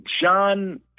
John